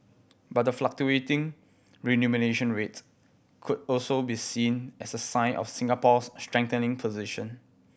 but the fluctuating remuneration rates could also be seen as a sign of Singapore's strengthening position